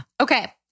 Okay